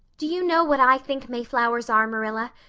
do you know what i think mayflowers are, marilla?